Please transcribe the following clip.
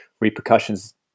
repercussions